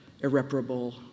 irreparable